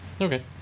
Okay